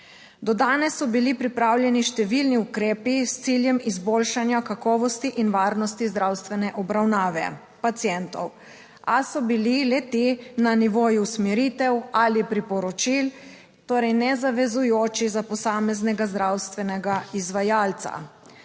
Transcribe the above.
Do danes so bili pripravljeni številni ukrepi s ciljem izboljšanja kakovosti in varnosti zdravstvene obravnave pacientov, a so bili le ti na nivoju usmeritev ali priporočil, torej, nezavezujoči za posameznega zdravstvenega izvajalca.